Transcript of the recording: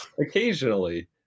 occasionally